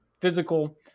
physical